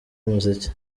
umuziki